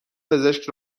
پزشک